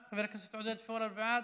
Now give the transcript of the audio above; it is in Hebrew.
בעד,